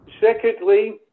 Secondly